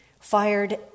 fired